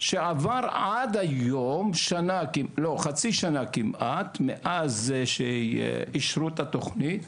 שעבר עד היום, חצי שנה כמעט מאז שאישרו את התכנית,